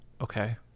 okay